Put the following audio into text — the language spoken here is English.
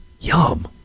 Yum